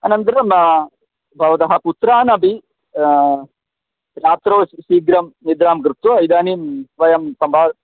अनन्तरं भवतः पुत्रानपि रात्रौ शीघ्रं निद्रां कृत्वा इदानीं वयं सम्भा